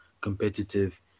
competitive